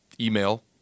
email